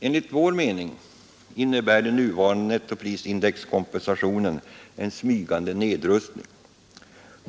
Enligt vår mening innebär den nuvarande nettoprisindexkompensationen en smygande nedrustning.